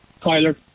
Kyler